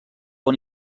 una